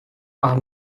are